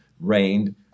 reigned